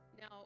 now